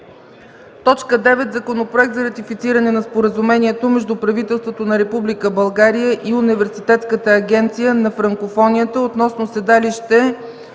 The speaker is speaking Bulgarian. съвет. 9. Законопроект за ратифициране на Споразумението между правителството на Република България и Университетската агенция на Франкофонията относно седалище